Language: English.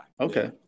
Okay